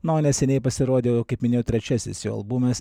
na o neseniai pasirodė jau kaip minėjau trečiasis jo albumas